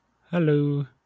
hello